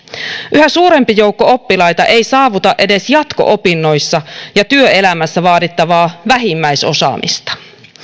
yhä suurempi joukko oppilaita ei saavuta edes jatko opinnoissa ja työelämässä vaadittavaa vähimmäisosaamista